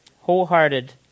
Wholehearted